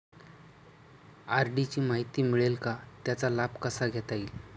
RD ची माहिती मिळेल का, त्याचा लाभ कसा घेता येईल?